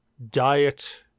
Diet